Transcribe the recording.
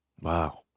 Wow